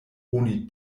oni